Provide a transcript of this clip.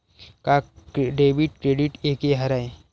का debit credit एके हरय?